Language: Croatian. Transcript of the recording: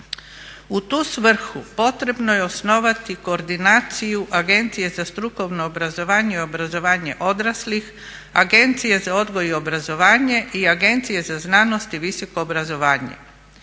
U tu svrhu potrebno je osnovati koordinaciju Agencije za strukovno obrazovanje i obrazovanje odraslih, Agencije za odgoj i obrazovanje i Agencije za znanost i visoko obrazovanje.